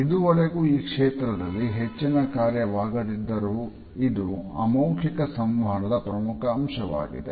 ಇದುವರೆಗೂ ಈ ಕ್ಷೇತ್ರದಲ್ಲಿ ಹೆಚ್ಚಿನ ಕಾರ್ಯವಾಗದಿದ್ದರೂ ಇದು ಅಮೌಖಿಕ ಸಂವಹನದ ಪ್ರಮುಖ ಅಂಶವಾಗಿದೆ